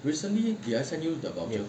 recently the I send you the volume